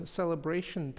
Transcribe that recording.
celebration